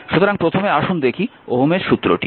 সুতরাং প্রথমে আসুন দেখি ওহম এর সূত্রটি